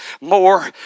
more